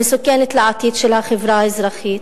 המסוכנת לעתיד של החברה האזרחית,